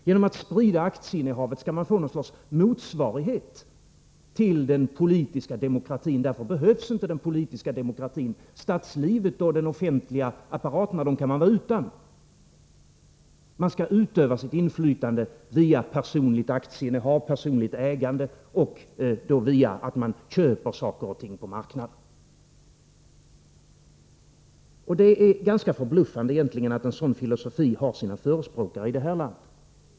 Genom att sprida aktieinnehavet skall man få någon sorts motsvarighet till den politiska demokratin — och därför behövs inte den politiska demokratin. Statslivet och den offentliga apparaten kan man vara utan; man skall utöva sitt inflytande via personligt aktieinnehav, personligt ägande och genom att köpa saker och ting på marknaden. Det är ganska förbluffande att en sådan filosofi har sina förespråkare i det här landet.